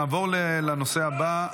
נעבור לנושא הבא,